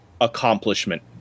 accomplishment